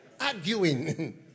Arguing